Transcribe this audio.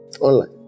online